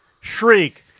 Shriek